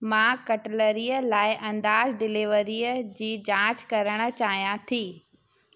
मां कटलरी लाइ अंदाज़ डिलीवरीअ जी जाच करणु चाहियां थी